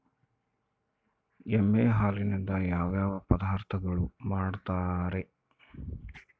ಎಮ್ಮೆ ಹಾಲಿನಿಂದ ಯಾವ ಯಾವ ಪದಾರ್ಥಗಳು ಮಾಡ್ತಾರೆ?